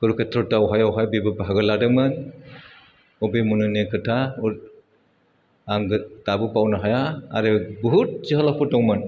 कुरुक्षेत्र दावहायावहाय बेबो बाहागो लादोंमोन अभिमन्युनि खोथा आं दाबो बावनो हाया आरो बुहुत जोहोलावफोर दंमोन